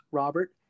robert